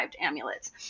amulets